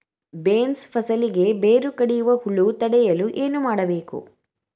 Beans ಫಸಲಿಗೆ ಬೇರು ಕಡಿಯುವ ಹುಳು ತಡೆಯಲು ಏನು ಮಾಡಬೇಕು?